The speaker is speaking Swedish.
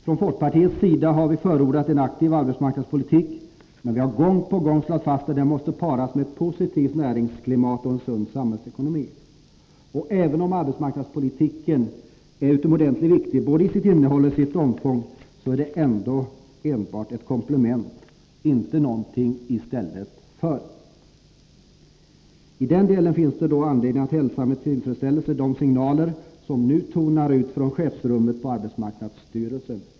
Från folkpartiets sida har vi förordat en aktiv arbetsmarknadspolitik, men vi har gång på gång slagit fast att denna måste paras med ett positivt näringsklimat och en sund samhällsekonomi. Även om arbetsmarknadspoli tiken är utomordentligt viktig både i sitt innehåll och till sitt omfång, så är den ändå enbart ett komplement, inte någonting i stället för. I den delen finns det anledning att hälsa med tillfredsställelse de signaler som nu tonar ut från chefsrummet på arbetsmarknadsstyrelsen.